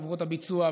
בחברות הביצוע,